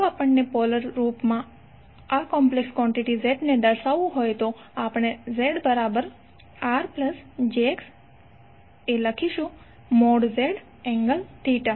જો આપણને પોલર સ્વરૂપમાં કોમ્પ્લેક્સ કોન્ટીટી Z ને દર્શાવવું હોય તો આપણે ZRjXZ∠θ લખીએ છીએ